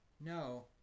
no